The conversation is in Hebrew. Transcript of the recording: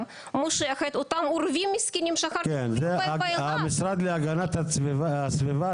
אותם עורבים מסכנים שאחר כך פוגעים בהם --- המשרד להגנת הסביבה,